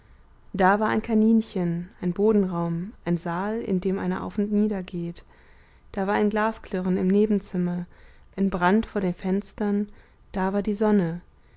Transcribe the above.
da war ein kaninchen ein bodenraum ein saal in dem einer auf und nieder geht da war ein glasklirren im nebenzimmer ein brand vor den fenstern da war die sonne